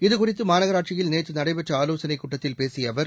இதுகுறித்து மாநகராட்சியில் நேற்று நடைபெற்ற ஆலோசனைக் கூட்டத்தில் பேசிய அவர்